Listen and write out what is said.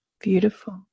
beautiful